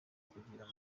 kugira